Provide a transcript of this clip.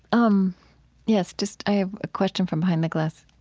um yes, just i have a question from behind the glass.